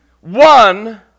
one